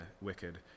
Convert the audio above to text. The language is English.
wicked